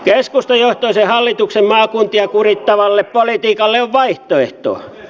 keskustajohtoisen hallituksen maakuntia kurittavalle politiikalle on vaihtoehto